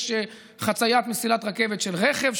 יש חציית מסילת רכבת של רכב,